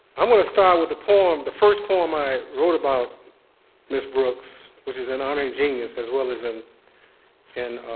i'm going to start with the poem, the first poem i wrote about mrs. brooks, which is in unknown genius as well as in in